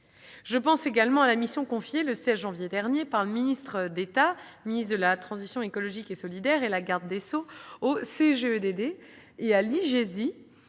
Je pense également à la mission confiée, le 16 janvier dernier, par le ministre d'État, ministre de la transition écologique et solidaire et par la garde des sceaux au CGEDD, le